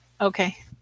Okay